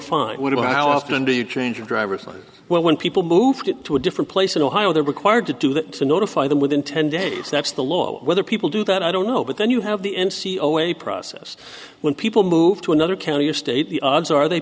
would how often do you change your driver's side well when people move it to a different place in ohio they're required to do that to notify them within ten days that's the law whether people do that i don't know but then you have the n c o a process when people move to another county or state the odds are they